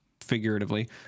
figuratively